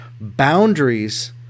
Boundaries